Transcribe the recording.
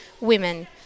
women